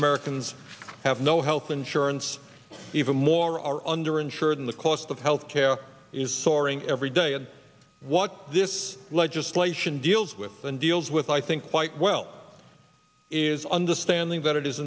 americans have no health insurance even more are under insured and the cost of health care is soaring every day and what this legislation deals with and deals with i think quite well is understanding that it is